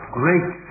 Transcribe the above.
great